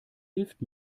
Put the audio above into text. hilft